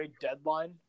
deadline